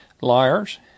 liars